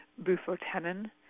bufotenin